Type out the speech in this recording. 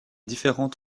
différente